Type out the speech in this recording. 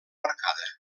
marcada